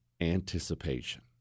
anticipation